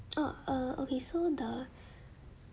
uh uh okay so the